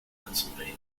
pennsylvania